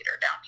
down